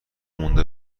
مونده